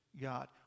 God